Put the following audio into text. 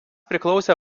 priklausė